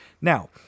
Now